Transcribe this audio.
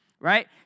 Right